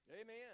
Amen